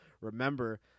remember